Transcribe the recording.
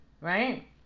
right